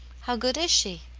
how good is she?